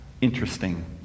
Interesting